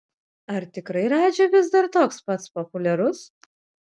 ar tikrai radži vis dar toks pats populiarus